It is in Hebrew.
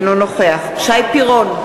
אינו נוכח שי פירון,